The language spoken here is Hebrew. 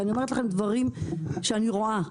אני אומרת לכם דברים שאני רואה,